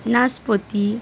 নাশপাতি